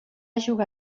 jugar